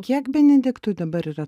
kiek benediktui dabar yra